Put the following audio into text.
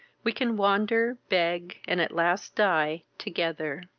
we can wander, beg, and at last die, together.